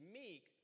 meek